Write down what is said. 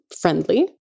friendly